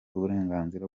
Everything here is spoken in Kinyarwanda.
uburenganzira